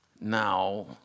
Now